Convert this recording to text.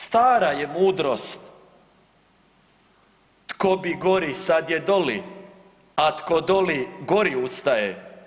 Stara je mudrost tko bi gori sad je doli, a tko doli gori ustaje.